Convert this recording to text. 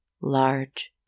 large